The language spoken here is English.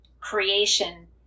creation